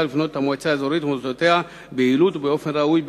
ולבנות את המועצה האזורית ומוסדותיה ביעילות ובאופן ראוי,